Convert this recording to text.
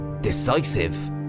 decisive